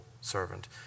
servant